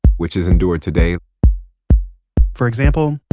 which is endured today for example,